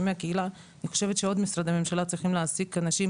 מהקהילה אני חושבת שעוד משרדי ממשלה צריכים להעסיק אנשים.